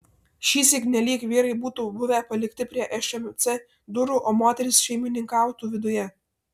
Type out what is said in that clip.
šįsyk nelyg vyrai būtų buvę palikti prie šmc durų o moterys šeimininkautų viduje